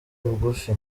bugufi